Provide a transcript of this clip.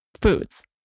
foods